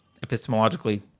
epistemologically